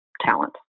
talent